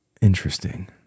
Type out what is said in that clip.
Interesting